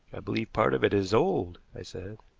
i believe part of it is old, i said.